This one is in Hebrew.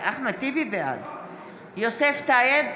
יוסף טייב,